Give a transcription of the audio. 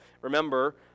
Remember